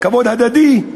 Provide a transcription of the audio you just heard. כבוד הדדי.